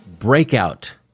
breakout